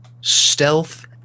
stealth